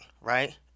right